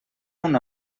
una